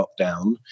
lockdown